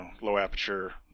low-aperture